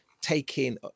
taking